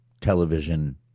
television